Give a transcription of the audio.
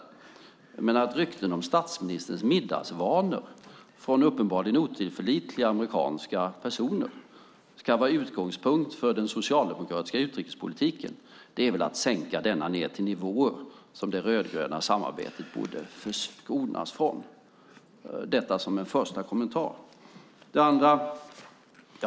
Men att rykten om statsministerns middagsvanor, från uppenbarligen otillförlitliga amerikanska personer, ska vara utgångspunkt för den socialdemokratiska utrikespolitiken är väl att sänka denna ned till nivåer som det rödgröna samarbetet borde förskonas från. Detta sagt som en första kommentar.